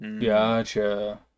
Gotcha